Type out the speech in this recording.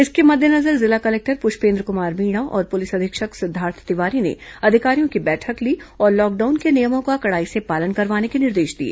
इसके मद्देनजर जिला कलेक्टर पुष्पेन्द्र कुमार मीणा और पुलिस अधीक्षक सिद्धार्थ तिवारी ने अधिकारियों की बैठक ली और लॉकडाउन के नियमों का कड़ाई से पालन करवाने के निर्देश दिए